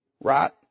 right